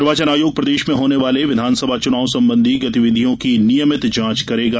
निर्वाचन आयोग प्रदेश में होने वाले विधानसभा चुनाव संबंधी गतिविधियों की नियमित जांच करेंगा